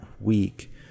week